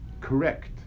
correct